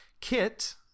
Kit